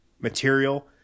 material